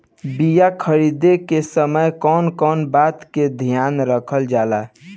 बीया खरीदे के समय कौन कौन बात के ध्यान रखल जाला?